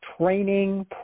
Training